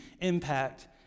impact